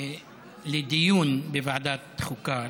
לדיון בדיון בוועדת החוקה,